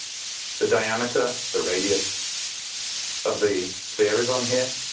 the diameter, the radius of the sphere is on here.